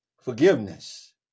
Forgiveness